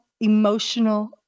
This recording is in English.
emotional